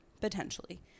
potentially